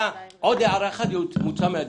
עוד הערה אחת אתה מוצא מהדיון.